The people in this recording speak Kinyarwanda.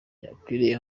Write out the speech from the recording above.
yakwiriye